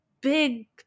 big